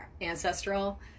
ancestral